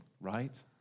right